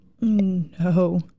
No